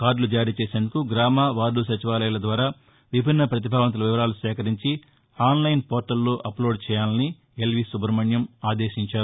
కార్గులు జారీ చేసేందుకు గ్రామ వార్లు సచివాలయాల ద్వారా విభిన్న పతిభావంతుల వివరాలను సేకరించి ఆన్లైన్ పోర్లల్లో అప్లోడ్ చేయాలని ఎల్వీ సుబ్రహ్మణ్యం ఆదేశించారు